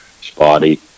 spotty